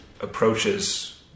approaches